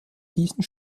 diesen